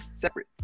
separate